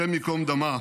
השם ייקום דמה,